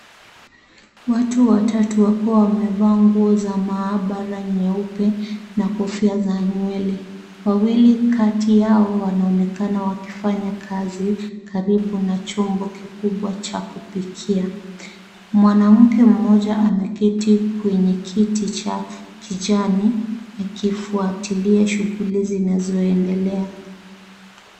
Watu watatu wakiwa wamevaa nguo za maabara nyeupe na kofia za nywele. Wawili kati yao wanaonekana wakifanya kazi karibu na chombo kikubwa cha kupikia, mwanamke mmoja ameketi kwenye kiti cha kijani akifuatilia shughuli zinazoendelea.